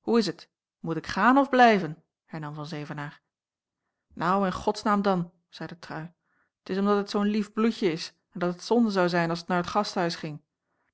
hoe is t moet ik gaan of blijven hernam van zevenaer nou in gods naam dan zeide trui t is omdat het zoo'n lief bloedje is en dat het zonde zou zijn as het nair t gasthuis ging